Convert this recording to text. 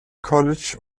college